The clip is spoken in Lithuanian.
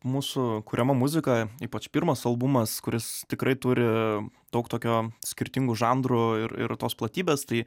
mūsų kuriama muzika ypač pirmas albumas kuris tikrai turi daug tokio skirtingų žanrų ir ir tos platybės tai